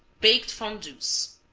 baked fondues